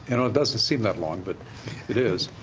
and it doesn't seem that long, but it is,